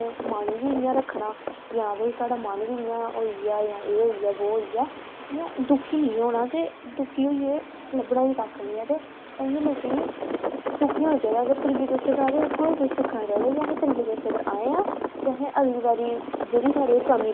अख़वारें कोला पढने कोला न्यूज़ इन्नी ओह् बी नी अगर टीबी च दस्से ओह् ज्यादा इंटरसटिंग लगदी ऐ मतलब एहदे कोला अखवारें कोला क्योंकि अख़वारें गी सिर्फ पढ़ना ते टीबी च सब किश लब्भना ते ओहदे च बड़ा फर्क आई ंजदा ते लोक ताइयां मते अख़वारां पढ़दे ना